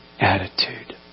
attitude